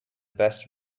best